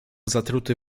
zatruty